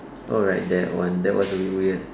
oh right that one that was a bit weird